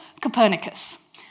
Copernicus